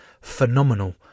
phenomenal